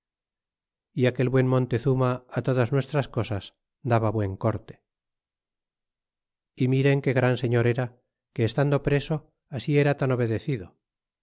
e aquel buen montezuma todas nuestras cosas daba buen corte e miren que gran señor era que estando preso así era tan obedecido